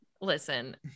Listen